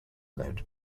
named